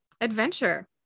adventure